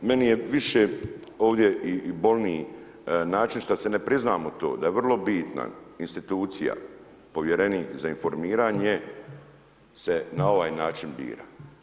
Meni je više ovdje i bolniji način šta si ne priznamo to da je vrlo bitna, institucija povjerenik za informiranje se na ovaj način bira.